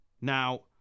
Now